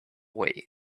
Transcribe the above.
way